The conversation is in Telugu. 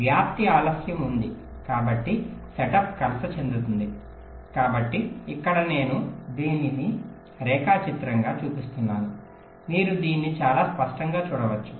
వ్యాప్తి ఆలస్యం ఉంది కాబట్టి సెటప్ కలత చెందుతుంది కాబట్టి ఇక్కడ నేను దానిని రేఖాచిత్రంగా చూపిస్తున్నాను మీరు దీన్ని చాలా స్పష్టంగా చూడవచ్చు